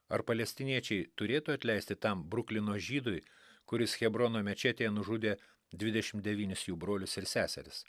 ar palestiniečiai turėtų atleisti tam bruklino žydui kuris hebrono mečetėje nužudė dvidešim devynis jų brolius ir seseris